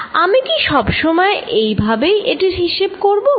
আমি কি সবসময় এই ভাবেই এটির হিসেব করবো